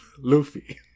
Luffy